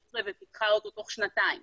פיתחה אותו תוך שנתיים